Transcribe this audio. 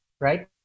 right